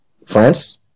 France